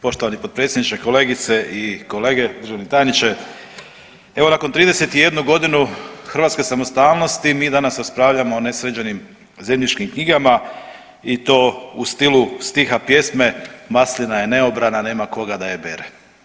Poštovani potpredsjedniče, kolegice i kolege, državni tajniče, evo nakon 31 godinu hrvatske samostalnosti mi danas raspravljamo o nesređenim zemljišnim knjigama i to u stilu stiha pjesme „maslina je neobrana, nema koga da je bere“